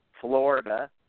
Florida